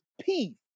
peace